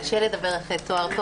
קשה לדבר אחרי טוהר.